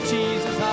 Jesus